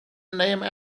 name